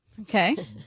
Okay